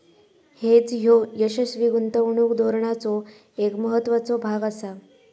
hedge ह्यो यशस्वी गुंतवणूक धोरणाचो एक महत्त्वाचो भाग आसा